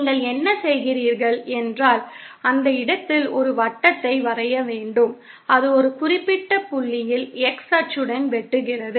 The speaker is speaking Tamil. நீங்கள் என்ன செய்கிறீர்கள் என்றால் அந்த இடத்தில் ஒரு வட்டத்தை வரைய வேண்டும் அது ஒரு குறிப்பிட்ட புள்ளியில் x அச்சுடன் வெட்டுகிறது